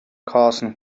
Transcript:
carson